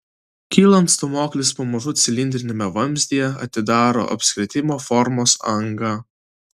kylant stūmoklis pamažu cilindriniame vamzdyje atidaro apskritimo formos angą